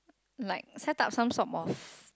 like set up some sort of